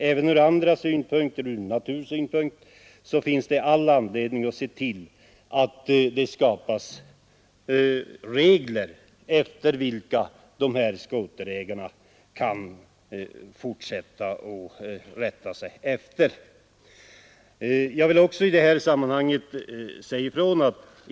Även ur andra synpunkter än natursynpunkt finns all anledning att se till att det skapas regler efter vilka skoterägarna kan rätta sig i fortsättningen.